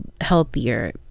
healthier